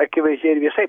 akivaizdžiai ir viešai